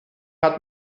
hat